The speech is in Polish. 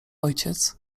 ojciec